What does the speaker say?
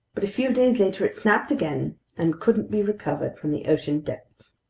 but a few days later it snapped again and couldn't be recovered from the ocean depths.